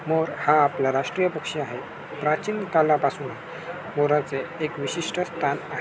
मोर हा आपला राष्ट्रीय पक्षी आहे प्राचीन कालापासून मोराचे एक विशिष्ट स्थान आहे